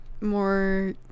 more